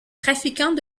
trafiquant